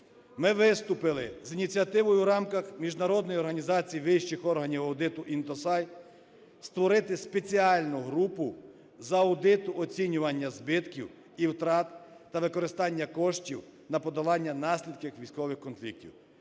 Ми виступили з ініціативою в рамках міжнародної організації вищих органів аудиту INTOSAI створити спеціальну групу з аудиту оцінювання збитків і втрат та використання коштів на подолання наслідків військових конфліктів.